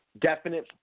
Definite